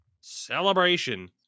celebration